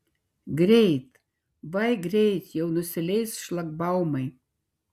greit vai greit jau nusileis šlagbaumai